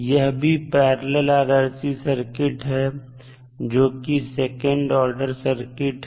यह भी parallel RLC circuit है जो कि सेकंड ऑर्डर सर्किट है